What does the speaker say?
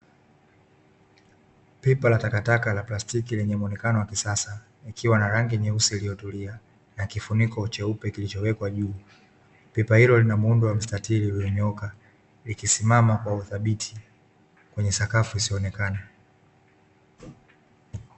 Pipa la takataka la plastiki lenye muonekano wa kisasa, likiwa na rangi nyeusi iliyotulia na kifuniko cheupe kilichowekwa juu, pipa hilo linamuundo wa mstatili ulionyooka likisimama kwa uthabiti kwenye sakafu isionekane.